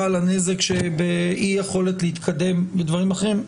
על הנזק שבאי יכולת להתקדם בדברים אחרים.